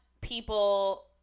people